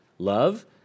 Love